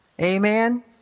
Amen